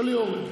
תשאלי, אורלי.